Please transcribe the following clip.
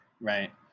right